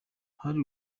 hari